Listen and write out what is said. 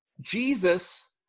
Jesus